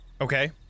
Okay